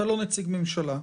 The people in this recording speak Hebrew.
אתה לא נציג ממשלה.